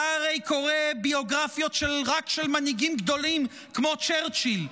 אתה הרי קורא ביוגרפיות רק של מנהיגים גדולים כמו צ'רצ'יל.